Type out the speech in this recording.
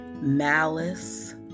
malice